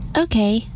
Okay